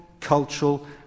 cultural